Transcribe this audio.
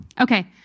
Okay